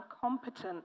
competent